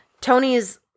Tony's